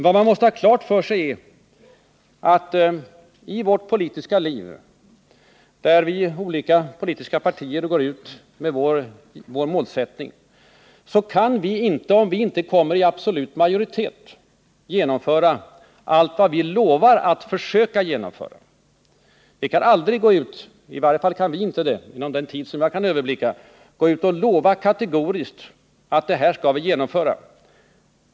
Vad man måste ha klart för sig är att i vårt politiska liv, där olika politiska partier går ut med var sin målsättning, kan vi inte om vi inte kommer i absolut majoritet genomföra allt vad vi lovar att försöka genomföra. Vi kan aldrig gå ut —i varje fall kan vi inte göra det inom den tid som jag kan överblicka — och kategoriskt lova att vi skall genomföra vissa åtgärder.